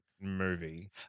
movie